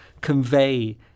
convey